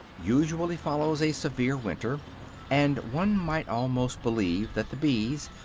usually follows a severe winter and one might almost believe that the bees,